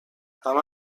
همه